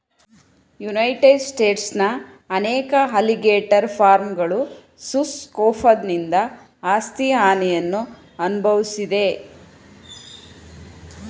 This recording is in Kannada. ಯುನೈಟೆಡ್ ಸ್ಟೇಟ್ಸ್ನ ಅನೇಕ ಅಲಿಗೇಟರ್ ಫಾರ್ಮ್ಗಳು ಸುಸ್ ಸ್ಕ್ರೋಫನಿಂದ ಆಸ್ತಿ ಹಾನಿಯನ್ನು ಅನ್ಭವ್ಸಿದೆ